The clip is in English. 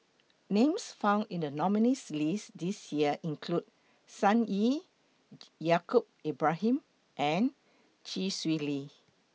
Names found in The nominees' list This Year include Sun Yee Yaacob Ibrahim and Chee Swee Lee